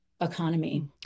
economy